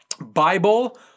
Bible